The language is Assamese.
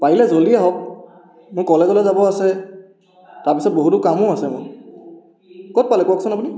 পাৰিলে জলদি আহক মোৰ কলেজলৈ যাব আছে তাৰপিছত বহুতো কামো আছে মোৰ ক'ত পালে কওকচোন আপুনি